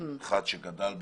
כמי שגדל בה,